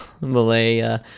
Malay